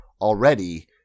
already